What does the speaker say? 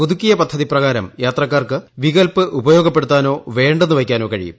പുതുക്കിയ പദ്ധതി പ്രകാരം യാത്രക്കാർക്ക് വികൽപ്പ് ഉപയോഗപ്പെടുത്താനോ വേ ന്ന് വയ്ക്കാനോ കഴിയും